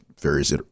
various